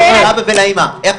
לאבא ולאמא?